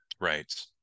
Right